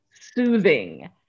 soothing